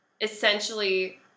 essentially